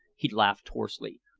he laughed hoarsely.